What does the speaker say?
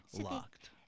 locked